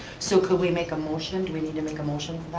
so could we make a motion, do we need to make a motion